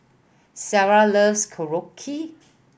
Sarrah loves Korokke